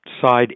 side